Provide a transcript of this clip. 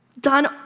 done